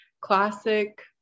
classic